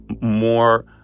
more